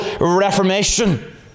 reformation